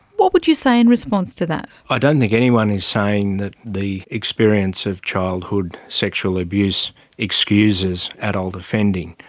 what would you say in response to that? i don't think anyone is saying that the experience of childhood sexual abuse excuses adult offending.